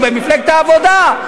הוא במפלגת העבודה.